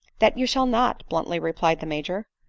that you shall not, bluntly replied the major.